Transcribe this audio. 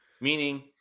meaning